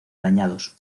dañados